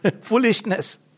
foolishness